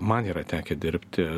man yra tekę dirbti